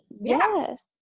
Yes